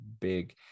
big